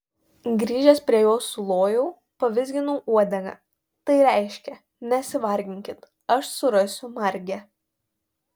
grįžęs prie jo sulojau pavizginau uodegą tai reiškė nesivarginkit aš surasiu margę